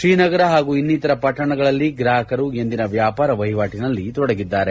ಶ್ರೀನಗರ ಹಾಗೂ ಇನ್ನಿತರೆ ಪಟ್ಟಣಗಳಲ್ಲಿ ಗ್ರಾಹಕರು ಎಂದಿನ ವ್ಯಾಪಾರ ವಹಿವಾಟಿನಲ್ಲಿ ತೊಡಗಿದ್ದಾರೆ